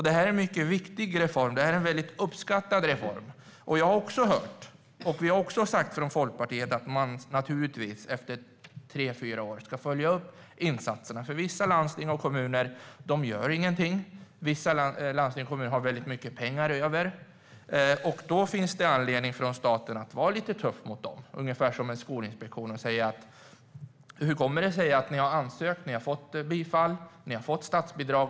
Det är en viktig och uppskattad reform. Folkpartiet anser också att man efter tre fyra år ska följa upp insatserna. Vissa landsting och kommuner gör inget och har mycket pengar över. Då finns det anledning för staten att vara lite tuff mot dem och säga: Ni har ansökt och fått bifall och statsbidrag.